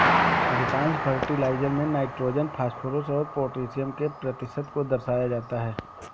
अधिकांश फर्टिलाइजर में nitrogen, phosphorus और पौटेशियम के प्रतिशत को दर्शाया जाता है